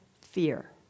fear